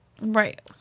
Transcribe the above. Right